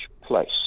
place